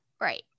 right